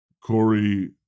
Corey